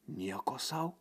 nieko sau